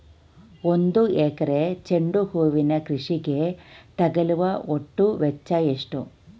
ಒಂದು ಎಕರೆ ಚೆಂಡು ಹೂವಿನ ಕೃಷಿಗೆ ತಗಲುವ ಒಟ್ಟು ವೆಚ್ಚ ಎಷ್ಟು?